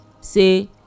Say